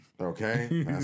Okay